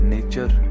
Nature